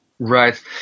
Right